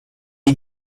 die